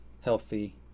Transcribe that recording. healthy